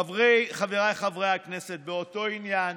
חבריי חברי הכנסת, באותו עניין,